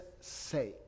sake